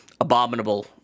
abominable